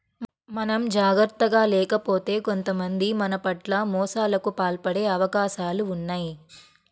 మనం జాగర్తగా లేకపోతే కొంతమంది మన పట్ల మోసాలకు పాల్పడే అవకాశాలు ఉన్నయ్